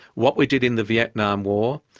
what we did in the vietnam war,